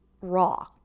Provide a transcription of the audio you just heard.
raw